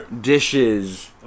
dishes